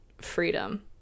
freedom